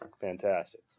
fantastic